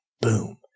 boom